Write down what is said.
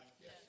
Yes